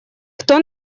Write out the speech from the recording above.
кто